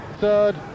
third